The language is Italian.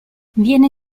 viene